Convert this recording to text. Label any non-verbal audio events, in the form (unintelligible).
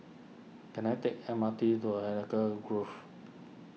can I take M R T to (unintelligible) Grove